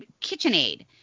KitchenAid